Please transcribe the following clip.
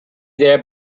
there